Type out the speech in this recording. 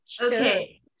okay